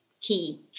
key